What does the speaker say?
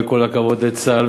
וכל הכבוד לצה"ל,